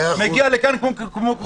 להגיע לכאן כמו כולם.